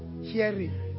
hearing